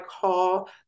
call